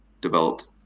developed